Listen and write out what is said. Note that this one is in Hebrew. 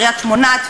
קריית-שמונה,